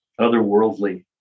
otherworldly